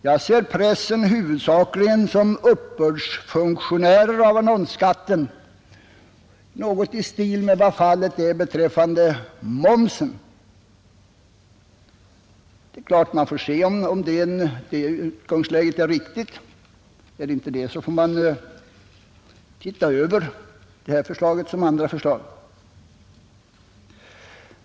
Jag betraktar tidningarna huvudsakligen som uppbördsfunktionärer för annonsskatten, något i stil med vad fallet är beträffande momsen. Man får nu avvakta och se om det utgångsläget är riktigt. Är det inte det, får man naturligtvis ompröva det här förslaget liksom andra förslag.